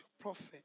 prophet